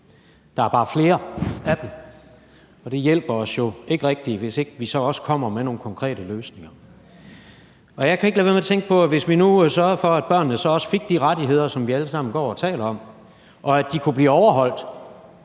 Der er bare flere af dem, og det hjælper os jo ikke rigtig, hvis vi ikke også kommer med nogle konkrete løsninger. Jeg kan ikke lade være med at tænke på, at vi, hvis vi nu sørgede for, at børnene også fik de rettigheder, som vi alle sammen går og taler om, og at de kunne blive overholdt,